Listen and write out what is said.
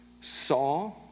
saw